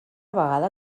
vegada